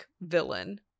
villain